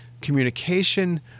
communication